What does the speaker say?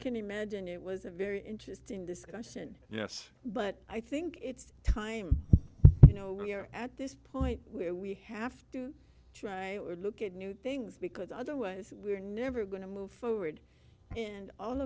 can imagine it was a very interesting discussion yes but i think it's time you know at this point where we have to try to look at new things because otherwise we're never going to move forward and all